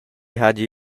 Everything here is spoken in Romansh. hagi